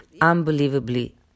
unbelievably